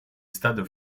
stade